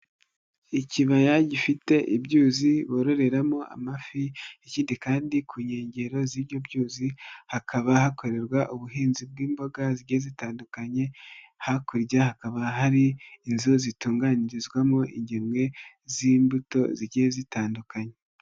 Ikibaya gifite ibyuzi bororeramo amafi, ikindi kandi ku nkengero z'ibyo byuzi hakaba hakorerwa ubuhinzi bw'imboga zigiye zitandukanye, hakurya hakaba hari inzu zitunganyirizwamo ingemwe z'imbuto zigiye zitandukanye.